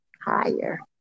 higher